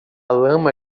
lama